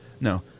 No